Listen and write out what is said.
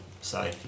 say